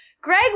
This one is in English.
Greg